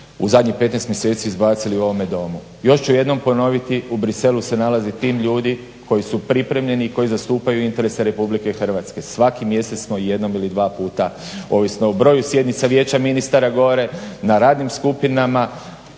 u zadnjih 15 mjeseci izbacili u ovome domu. Još ću jednom ponoviti, u Bruxellesu se nalazi tim ljudi koji su pripremljeni i koji zastupaju interese Republike Hrvatske. Svaki mjesec smo jednom ili dva puta, ovisno o broju sjednica Vijeća ministara gore na radnim skupinama.